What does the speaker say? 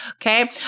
okay